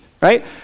right